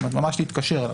זאת אומרת ממש להתקשר אליו,